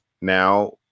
now